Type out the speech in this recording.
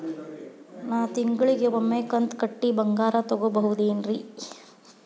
ನಾ ತಿಂಗಳಿಗ ಒಮ್ಮೆ ಕಂತ ಕಟ್ಟಿ ಬಂಗಾರ ತಗೋಬಹುದೇನ್ರಿ?